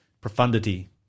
profundity